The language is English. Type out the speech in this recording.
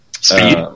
Speed